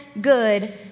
good